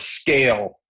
scale